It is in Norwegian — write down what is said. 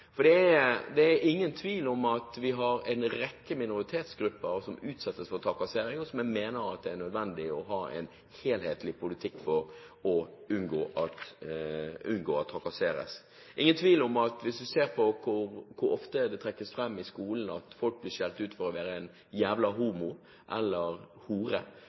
handler om diskriminering. Det er ingen tvil om at vi har en rekke minoritetsgrupper som utsettes for trakassering, og jeg mener at det er nødvendig å ha en helhetlig politikk for å unngå at de trakasseres. Når vi ser hvor ofte det trekkes fram at folk i skolen blir skjelt ut for å være «en jævla homo» eller «hore», som er en